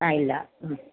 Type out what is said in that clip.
ആ ഇല്ല ഉം